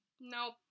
nope